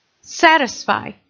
satisfy